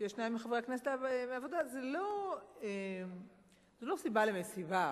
שכשיש שניים מחברי הכנסת של העבודה זה לא סיבה למסיבה,